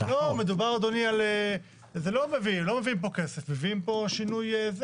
לא מביאים פה כסף, מביאים פה שינוי.